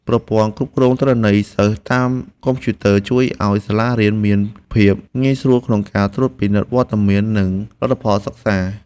ប្រព័ន្ធគ្រប់គ្រងទិន្នន័យសិស្សតាមកុំព្យូទ័រជួយឱ្យសាលារៀនមានភាពងាយស្រួលក្នុងការត្រួតពិនិត្យវត្តមាននិងលទ្ធផលសិក្សា។